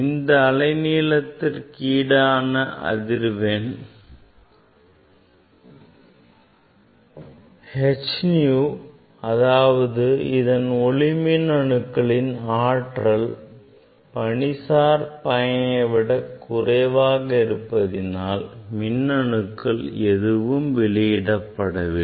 இந்த அலை நீளத்திற்கு ஈடான அதிர்வெண் h nu அதாவது இதன் ஒளி மின் அணுக்களின் ஆற்றல் பணிசார் அளவைவிட குறைவாக இருப்பதினால் மின் அணுக்கள் எதுவும் வெளியிடப்படவில்லை